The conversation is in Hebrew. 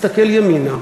הסתכל ימינה,